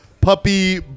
puppy